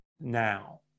now